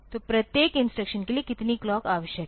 तो प्रत्येक इंस्ट्रक्शन के लिए कितनी क्लॉक आव्यश्यक है